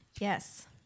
Yes